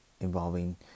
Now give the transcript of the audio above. involving